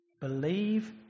Believe